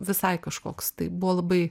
visai kažkoks tai buvo labai